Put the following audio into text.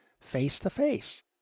face-to-face